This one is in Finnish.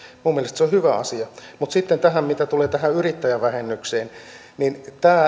mielestäni se on hyvä asia mutta sitten mitä tulee yrittäjävähennykseen